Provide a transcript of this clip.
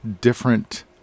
different